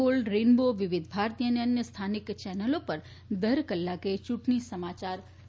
gold rainbow Vividh Bharati અને અન્ય સ્થાનિક ચેનલો પર દર કલાકે ચૂંટણી સમાચાર પ્રસારીત કરાશે